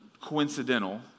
coincidental